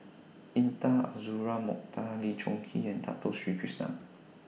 Intan Azura Mokhtar Lee Choon Kee and Dato Sri Krishna